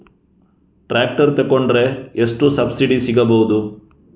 Tractor ತೊಕೊಂಡರೆ ಎಷ್ಟು subsidy ಸಿಗಬಹುದು?